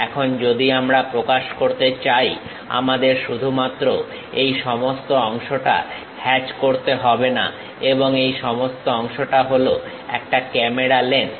এখন যদি আমি প্রকাশ করতে চাই আমাকে শুধুমাত্র এই সমস্ত অংশটা হ্যাচ করতে হবে না এবং এই সমস্ত অংশটা হলো একটা ক্যামেরা লেন্স